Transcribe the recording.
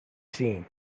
seen